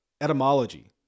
etymology